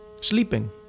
Sleeping